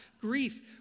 grief